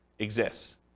exists